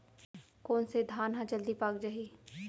कोन से धान ह जलदी पाक जाही?